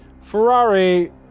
Ferrari